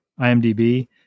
IMDb